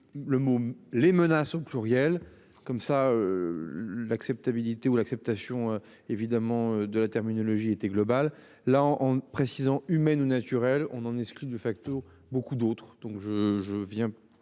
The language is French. le mot les menaces au pluriel. Comme ça. L'acceptabilité ou l'acceptation évidemment de la terminologie était globale là en précisant humaine ou naturelle. On en discute de facto beaucoup d'autres donc je, je viens